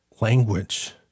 language